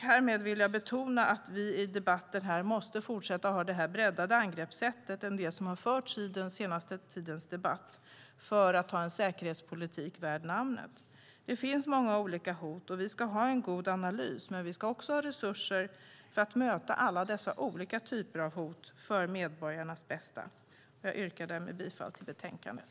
Härmed vill jag betona att vi måste fortsätta att ha det breddade angreppssättet, som har förts fram i den senaste tidens debatt, för att ha en säkerhetspolitik värd namnet. Det finns många olika hot, och vi ska ha en god analys, men vi ska också ha resurser att möta alla dessa olika typer av hot för medborgarnas bästa. Jag yrkar därmed bifall till förslaget i betänkandet.